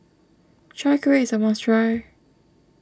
Chai Kueh is a must try